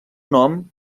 nom